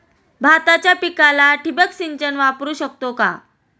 भाताच्या पिकाला ठिबक सिंचन वापरू शकतो का?